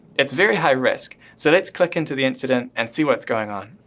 it's very high risk. so let's click into the incident and see what's going on.